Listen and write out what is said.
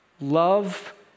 Love